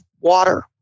water